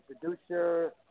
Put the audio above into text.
producer